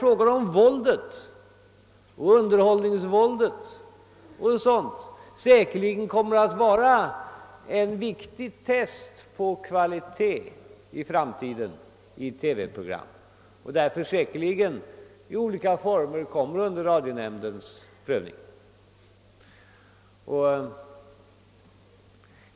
Sådana företeelser som »underhållningsvåldet» tror jag kommer att vara viktiga faktorer vid kvalitetsbedömningen av TV-programmen i framtiden, och de kommer säkerligen i olika sammanhang under radionämndens prövning.